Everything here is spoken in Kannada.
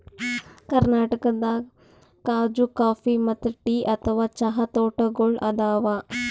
ಕರ್ನಾಟಕದಾಗ್ ಖಾಜೂ ಕಾಫಿ ಮತ್ತ್ ಟೀ ಅಥವಾ ಚಹಾ ತೋಟಗೋಳ್ ಅದಾವ